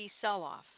sell-off